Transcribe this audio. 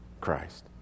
Christ